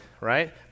right